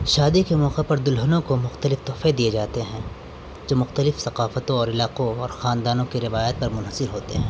شادی کے موقع پر دلہنوں کو مختلف تحفے دیے جاتے ہیں جو مختلف ثقافتوں اور علاقوں اور خاندانوں کی روایت پر منحصر ہوتے ہیں